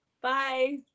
Bye